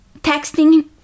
texting